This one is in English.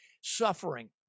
suffering